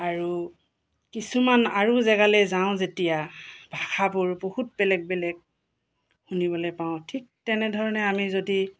আৰু কিছুমান আৰু জেগালৈ যাওঁ যেতিয়া ভাষাবোৰ বহুত বেলেগ বেলেগ শুনিবলৈ পাওঁ ঠিক তেনেধৰণে আমি যদি